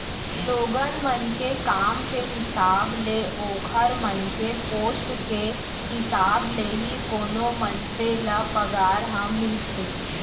लोगन मन के काम के हिसाब ले ओखर मन के पोस्ट के हिसाब ले ही कोनो मनसे ल पगार ह मिलथे